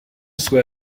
soit